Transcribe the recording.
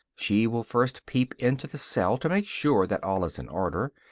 she will first peep into the cell to make sure that all is in order,